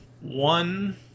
One